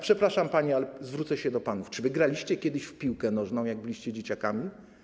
Przepraszam, ale zwrócę się do panów: Czy graliście kiedyś w piłkę nożną, jak byliście dzieciakami?